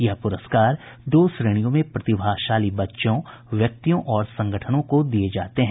यह पुरस्कार दो श्रेणियों में प्रतिभाशाली बच्चों व्यक्तियों और संगठनों को दिए जाते हैं